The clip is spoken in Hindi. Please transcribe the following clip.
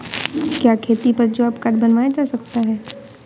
क्या खेती पर जॉब कार्ड बनवाया जा सकता है?